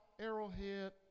Arrowhead